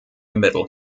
middle